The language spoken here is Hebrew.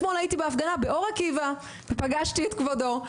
אתמול הייתי בהפגנה באור עקיבא ופגשתי את כבודו,